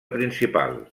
principal